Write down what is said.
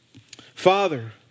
Father